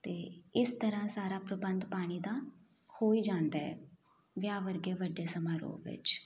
ਅਤੇ ਇਸ ਤਰ੍ਹਾਂ ਸਾਰਾ ਪ੍ਰਬੰਧ ਪਾਣੀ ਦਾ ਹੋ ਹੀ ਜਾਂਦਾ ਹੈ ਵਿਆਹ ਵਰਗੇ ਵੱਡੇ ਸਮਾਰੋਹ ਵਿੱਚ